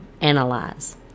analyze